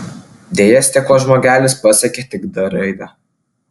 deja stiklo žmogelis pasiekė tik d raidę